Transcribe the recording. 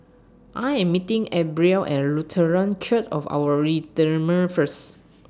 I Am meeting Abril At Lutheran Church of Our Redeemer First